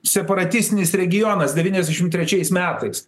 separatistinis regionas devyniasdešimt trečiais metais